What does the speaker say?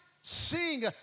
sing